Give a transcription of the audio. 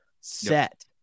set